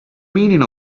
meaning